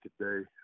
today